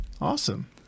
awesome